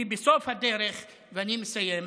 כי בסוף הדרך, ואני מסיים,